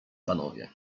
panowie